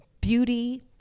beauty